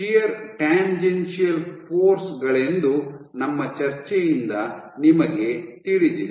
shear tangential force ಗಳೆಂದು ನಮ್ಮ ಚರ್ಚೆಯಿಂದ ನಿಮಗೆ ತಿಳಿದಿದೆ